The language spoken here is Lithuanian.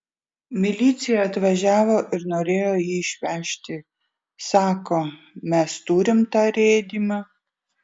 milicija atvažiavo ir norėjo jį išvežti sako mes turim tą rėdymą